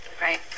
Right